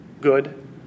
good